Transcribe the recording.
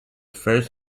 first